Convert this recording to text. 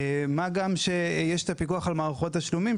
מה גם שיש את הפיקוח על מערכות תשלומים,